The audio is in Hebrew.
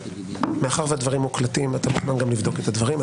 מאחר שהדברים מוקלטים אתה גם מוזמן לשמוע את הדברים,